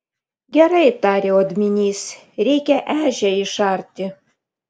gerai tarė odminys reikia ežią išarti